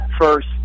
first